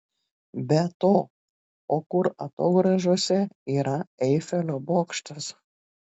be to o kur atogrąžose yra eifelio bokštas